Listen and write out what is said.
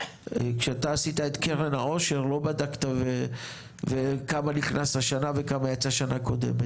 כשאתה עשית את קרן העושר לא בדקת כמה נכנס השנה וכמה יצא בשנה הקודמת.